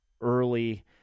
early